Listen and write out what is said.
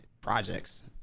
projects